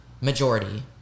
majority